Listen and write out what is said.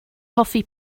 hoffi